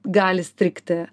gali strigti